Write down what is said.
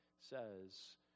says